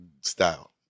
style